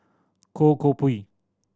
Goh Koh Pui